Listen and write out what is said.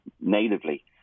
natively